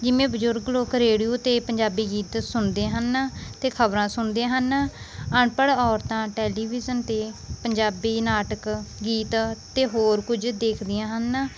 ਜਿਵੇਂ ਬਜ਼ੁਰਗ ਲੋਕ ਰੇਡੀਓ 'ਤੇ ਪੰਜਾਬੀ ਗੀਤ ਸੁਣਦੇ ਹਨ ਅਤੇ ਖ਼ਬਰਾਂ ਸੁਣਦੇ ਹਨ ਅਨਪੜ੍ਹ ਔਰਤਾਂ ਟੈਲੀਵਿਜ਼ਨ 'ਤੇ ਪੰਜਾਬੀ ਨਾਟਕ ਗੀਤ ਅਤੇ ਹੋਰ ਕੁਝ ਦੇਖਦੀਆਂ ਹਨ